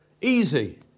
easy